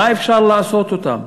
מה אפשר לעשות אתם?